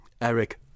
Eric